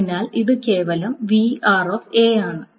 അതിനാൽ ഇത് കേവലം ആണ്